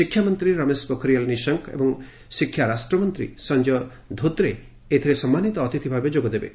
ଶିକ୍ଷାମନ୍ତ୍ରୀ ରମେଶ ପୋଖରିଆଲ୍ ନିଶଙ୍କ ଏବଂ ଶିକ୍ଷା ରାଷ୍ଟ୍ରମନ୍ତ୍ରୀ ସଞ୍ଜୟ ଧୋତ୍ରେ ଏଥିରେ ସମ୍ମାନିତ ଅତିଥି ଭାବେ ଯୋଗ ଦେବେ